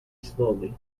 slowly